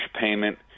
payment